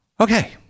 Okay